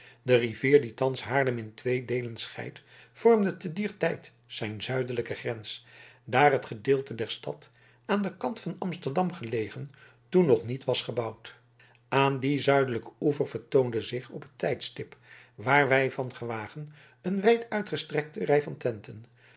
de rivier die thans haarlem in twee deelen scheidt vormde te dier tijd zijn zuidelijke grens daar het gedeelte der stad aan den kant van amsterdam gelegen toen nog niet was gebouwd aan dien zuidelijken oever vertoonde zich op het tijdstip waar wij van gewagen een wijduitgestrekte rij van tenten